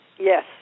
Yes